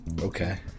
Okay